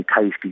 Tasty